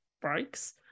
breaks